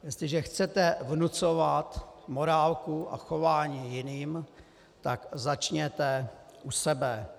Jestliže chcete vnucovat morálku a chování jiným, tak začněte u sebe.